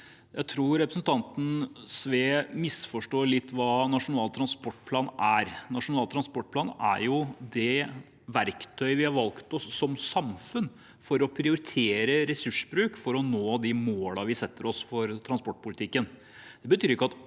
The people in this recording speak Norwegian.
Jeg tror representanten Sve misforstår litt hva Nasjonal transportplan er. Nasjonal transportplan er det verktøyet vi som samfunn har valgt oss for å prioritere ressursbruk, for å nå de målene vi setter oss for transportpolitikken.